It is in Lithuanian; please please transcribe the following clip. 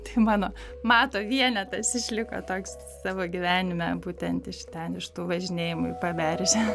tai mano mato vienetas išliko toks savo gyvenime būtent iš ten iš tų važinėjimų į paberžę